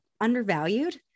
undervalued